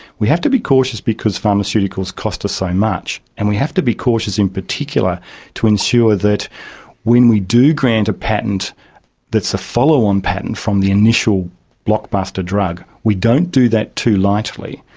we have to be cautious because pharmaceuticals cost us so ah much, and we have to be cautious in particular to ensure that when we do grant a patent that's a follow-on patent from the initial blockbuster drug, we don't do that too lightly,